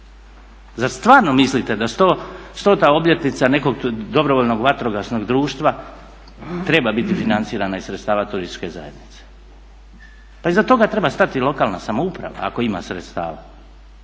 Zar stvarno mislite da stota obljetnica nekog dobrovoljnog vatrogasnog društva treba biti financirana iz sredstava turističke zajednice? Pa iza toga treba stati lokalna samouprava ako ima sredstava,